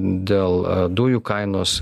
dėl dujų kainos